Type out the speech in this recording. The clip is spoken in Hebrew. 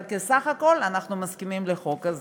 אבל בסך הכול, אנחנו מסכימים לחוק הזה.